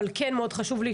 אבל כן מאוד חשוב לי,